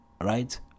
right